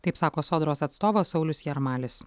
taip sako sodros atstovas saulius jarmalis